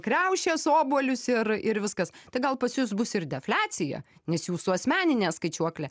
kriaušes obuolius ir ir viskas tai gal pas jus bus ir defliacija nes jūsų asmeninė skaičiuoklė